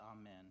amen